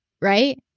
Right